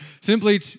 simply